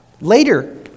Later